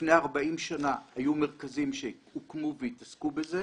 לפני 40 שנה היו מרכזים שהוקמו והתעסקו בזה,